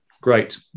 Great